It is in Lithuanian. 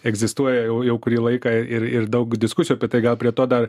egzistuoja jau jau kurį laiką ir ir daug diskusijų apie tai gal prie to dar